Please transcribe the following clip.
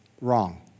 Wrong